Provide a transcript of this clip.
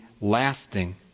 lasting